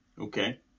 okay